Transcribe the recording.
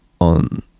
on